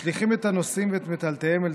משליכים את הנוסעים ואת מיטלטליהם אל